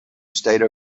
state